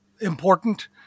important